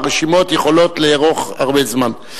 הרשימות יכולות לארוך הרבה זמן.